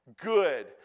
Good